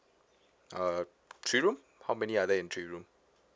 uh three room how many are there in three room